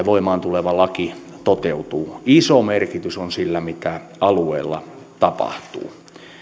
voimaan tuleva laki toteutuu iso merkitys on sillä mitä alueella tapahtuu